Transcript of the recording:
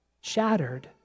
shattered